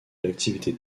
l’activité